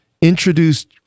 introduced